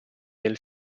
nel